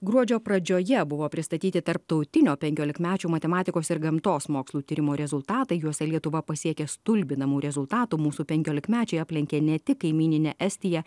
gruodžio pradžioje buvo pristatyti tarptautinio penkiolikmečių matematikos ir gamtos mokslų tyrimo rezultatai juose lietuva pasiekė stulbinamų rezultatų mūsų penkiolikmečiai aplenkė ne tik kaimyninę estiją